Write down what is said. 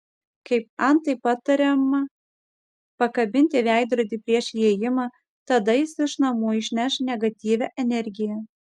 kaip antai patariama pakabinti veidrodį prieš įėjimą tada jis iš namų išneš negatyvią energiją